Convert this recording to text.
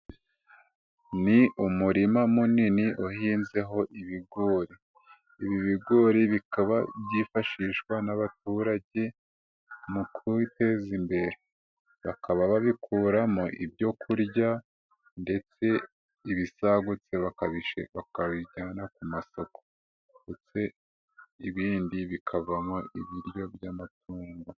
Ni umurima munini uhinzeho ibigori, ibi bigori bikaba byifashishwa n'abaturage, mu kubiteza imbere, bakaba babikuramo ibyoku kurya, ndetse ibisagutse bakabijyana ku masoko, ndetse ibindi bikavamo ibiryo by'amatungo.